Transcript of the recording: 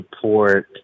support